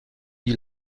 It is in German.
die